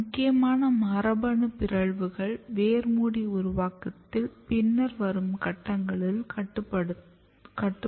சில முக்கியமான மரபணு பிறழ்வுகள் வேர் மூடி உருவாக்கத்தில் பின்னர் வரும் கட்டங்களை கட்டுப்படுத்தும்